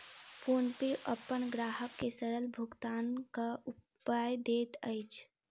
PhonePe अपन ग्राहक के सरल भुगतानक उपाय दैत अछि